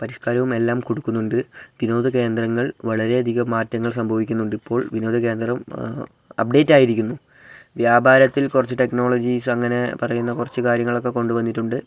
പരിഷ്കാരവുമെല്ലാം കൊടുക്കുന്നുണ്ട് വിനോദ കേന്ദ്രങ്ങൾ വളരെയധികം മാറ്റങ്ങൾ സംഭവിക്കുന്നുണ്ടിപ്പോൾ വിനോദ കേന്ദ്രം അപ്ഡേറ്റായിരിക്കുന്നു വ്യാപാരത്തിൽ കുറച്ച് ടെക്നോളജീസ് അങ്ങനെ പറയുന്ന കുറച്ച് കാര്യങ്ങളൊക്കെ കൊണ്ട് വന്നിട്ടുണ്ട്